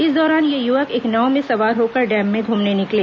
इस दौरान ये युवक एक नाव में सवार होकर डैम में घूमने निकले